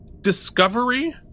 Discovery